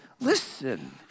listen